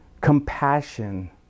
compassion